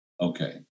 Okay